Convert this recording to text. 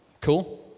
Cool